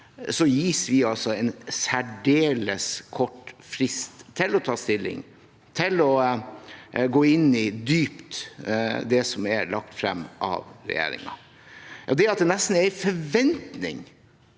vi altså en særdeles kort frist til å ta stilling og gå dypt inn i det som er lagt frem av regjeringen. Det at det nesten er en forventning